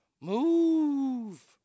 Move